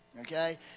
Okay